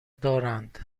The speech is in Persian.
دارند